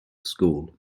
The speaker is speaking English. school